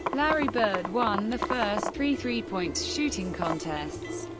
larry bird won the first three three-point shooting contests.